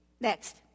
Next